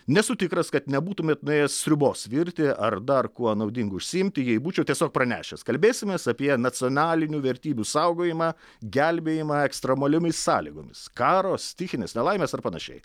nesu tikras kad nebūtumėt nuėjęs sriubos virti ar dar kuo naudingu užsiimti jei būčiau tiesiog pranešęs kalbėsimės apie nacionalinių vertybių saugojimą gelbėjimą ekstremaliomis sąlygomis karo stichinės nelaimės ar panašiai